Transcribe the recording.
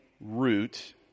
root